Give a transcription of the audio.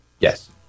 Yes